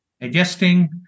adjusting